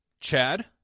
Chad